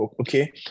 Okay